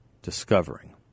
Discovering